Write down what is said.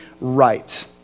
right